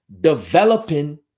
developing